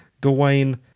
Gawain